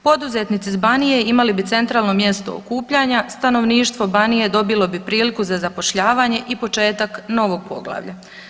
Poduzetnici s Banije imali bi centralno mjesto okupljanja, stanovništvo Banije dobilo bi priliku za zapošljavanje i početak novog poglavlja.